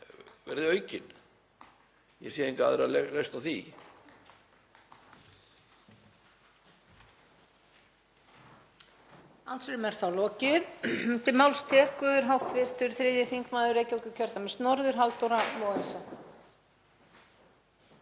verði aukin. Ég sé enga aðra lausn á því.